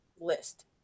list